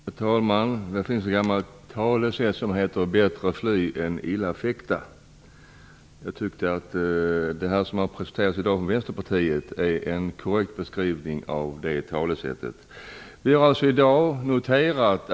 Herr talman! Det finns ett gammalt talesätt som låter: Bättre fly än illa fäkta. Det talesättet stämmer enligt min uppfattning väl överens med det som Vänsterpartiet har framfört i debatten i dag.